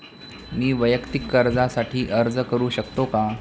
मी वैयक्तिक कर्जासाठी अर्ज करू शकतो का?